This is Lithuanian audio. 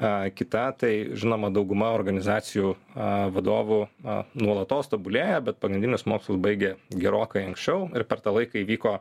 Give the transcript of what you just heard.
a kita tai žinoma dauguma organizacijų a vadovų a nuolatos tobulėja bet pagrindinius mokslus baigė gerokai anksčiau ir per tą laiką įvyko